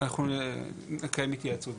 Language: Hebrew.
אנחנו נקיים התייעצות.